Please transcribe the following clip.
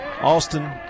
Austin